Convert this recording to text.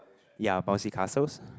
ya bouncy castle